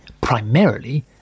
primarily